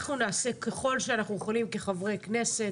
אנחנו נעשה ככל שאנחנו יכולים כחברי כנסת